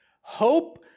Hope